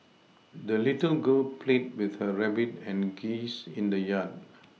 the little girl played with her rabbit and geese in the yard